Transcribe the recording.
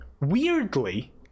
Weirdly